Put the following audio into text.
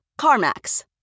CarMax